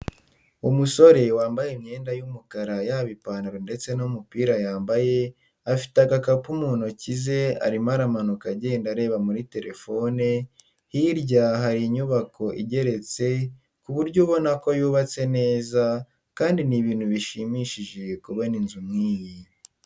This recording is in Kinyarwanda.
Umusore wambaye imyenda y'umukara yaba ipantaro ndetse n'umupira yambaye afite agakapu mu ntoke ze arimo aramanuka agenda areba muri telefone, hirya hari inyubako igeretse, ku buryo ubona ko yubatse neza kandi ni ibintu bishimishije kubona inzu nk'iyi.